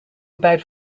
about